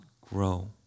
grow